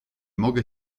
mogę